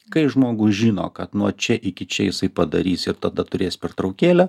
kai žmogus žino kad nuo čia iki čia jisai padarys ir tada turės pertraukėlę